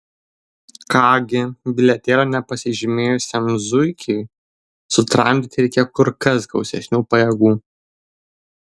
ką gi bilietėlio nepasižymėjusiam zuikiui sutramdyti reikia kur kas gausesnių pajėgų